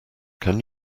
can